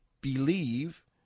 believe